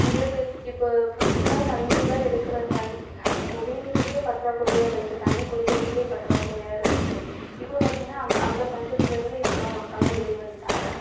மில்லுக்கு இப்போ ஃப்ஸ்ட்லாம் தண்ணிலாம் எடுக்கின்ற தண் குடிநீருக்கு பற்றாக்குறையாக இருந்துச்சி தண்ணிர் குடிக்கிறதுக்கு பற்றாக்குறையாக இருந்துச்சி இப்போ பார்த்திங்கன்னா அந்த அந்த பஞ்சத்திலேருந்து இப்போல்லாம் மக்கள்லாம் வெளியே வந்துட்டாங்க